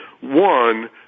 One